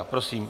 Prosím.